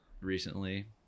recently